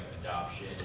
adoption